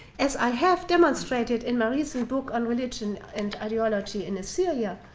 as i have demonstrated in my recent book on religion and ideology in assyria,